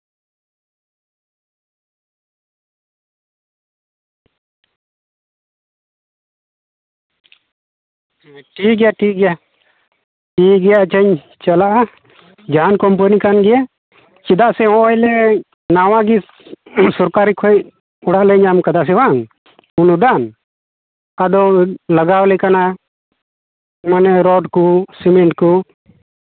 ᱴᱷᱤᱠᱜᱮᱭᱟ ᱴᱷᱤᱠᱜᱮᱟ ᱴᱷᱤᱠᱜᱮᱭᱟ ᱟᱪᱪᱷᱟᱧ ᱪᱟᱞᱟᱜᱼᱟ ᱡᱟᱦᱟᱸᱱ ᱠᱳᱢᱯᱟᱱᱤ ᱠᱟᱱ ᱜᱮ ᱪᱮᱫᱟᱜ ᱥᱮ ᱦᱚᱜᱼᱚᱸᱭ ᱞᱮ ᱱᱟᱣᱟ ᱜᱮ ᱥᱚᱨᱠᱟᱨᱤ ᱠᱷᱚᱡ ᱚᱲᱟᱜ ᱞᱮ ᱧᱟᱢ ᱠᱟᱫᱟ ᱥᱮ ᱵᱟᱝ ᱚᱱᱩᱫᱟᱱ ᱟᱫᱚ ᱞᱟᱜᱟᱣᱟᱞᱮ ᱠᱟᱱᱟ ᱢᱟᱱᱮ ᱨᱚᱰ ᱠᱚ ᱥᱤᱢᱮᱱᱴ ᱠᱚ